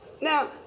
Now